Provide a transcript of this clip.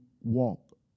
walk